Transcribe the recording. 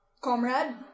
comrade